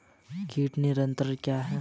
कीट नियंत्रण क्या है?